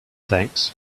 thanks